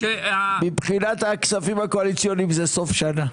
מבחינת הכספים הקואליציוניים זה סוף שנה...